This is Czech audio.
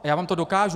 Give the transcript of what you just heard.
Já vám to dokážu.